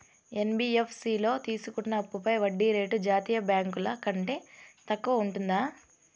NBFC లో తీసుకున్న అప్పుపై వడ్డీ రేటు జాతీయ బ్యాంకు ల కంటే తక్కువ ఉంటుందా?